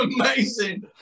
Amazing